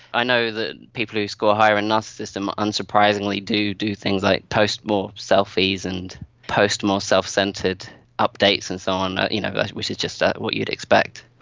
i know that people who score higher in narcissism unsurprisingly do do things like post more selfies and post more self-centred updates and so on, you know which is just what you'd expect.